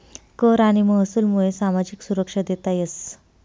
कर आणि महसूलमुये सामाजिक सुरक्षा देता येस